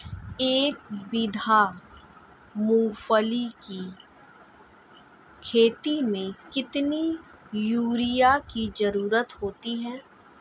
एक बीघा मूंगफली की खेती में कितनी यूरिया की ज़रुरत होती है?